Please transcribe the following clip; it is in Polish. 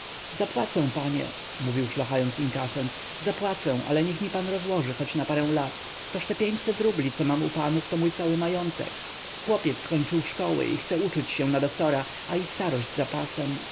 zapłacę panie mówił szlochając inkasent zapłacę ale niech mi pan rozłoży choć na parę lat toż te pięćset rubli co mam u panów to mój cały majątek chłopiec skończył szkoły i chce uczyć się na doktora a i starość